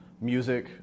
music